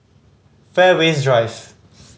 Fairways Drive